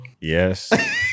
Yes